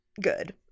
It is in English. Good